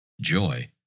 joy